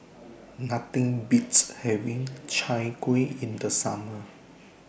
Nothing Beats having Chai Kuih in The Summer